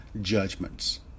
judgments